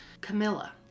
Camilla